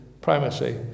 primacy